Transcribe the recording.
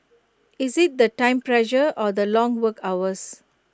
is IT the time pressure or the long work hours